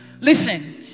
Listen